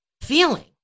feeling